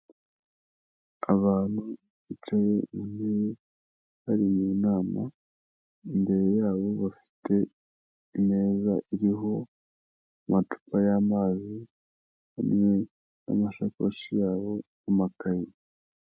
Abantu bicaye mu ntebe bari mu nama, imbere yabo bafite imeza iriho amacupa y'amazi hamwe n'amashakoshi yabo n'amakayi.